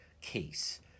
case